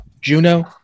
Juno